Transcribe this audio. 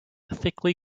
thickly